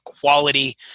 quality